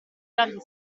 grandi